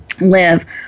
live